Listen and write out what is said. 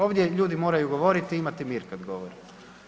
Ovdje ljudi moraju govoriti i imati mir kad govore.